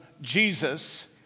Jesus